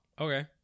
Okay